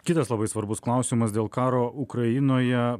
kitas labai svarbus klausimas dėl karo ukrainoje